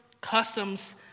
customs